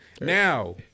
Now